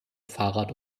fahrrad